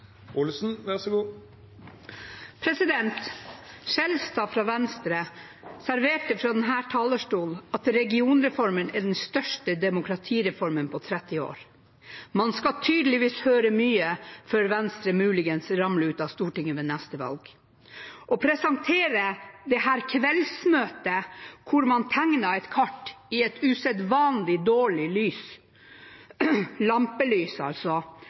Skjelstad fra Venstre serverte fra denne talerstolen at regionreformen er den største demokratireformen på 30 år. Man skal tydeligvis høre mye før Venstre muligens ramler ut av Stortinget ved neste valg. Å presentere dette på et kveldsmøte, hvor man tegnet et kart i et usedvanlig dårlig lys, lampelys altså,